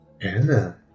Anna